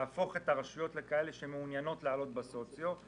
צריך להפוך את הרשויות לכאלו שמעוניינות לעלות בסוציו.